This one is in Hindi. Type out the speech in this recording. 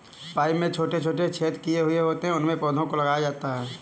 पाइप में छोटे छोटे छेद किए हुए होते हैं उनमें पौधों को लगाया जाता है